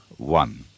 One